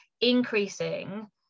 increasing